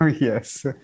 yes